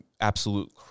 absolute